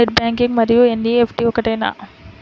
Net banking మరియు NEFT ఒకటేనా?